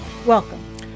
Welcome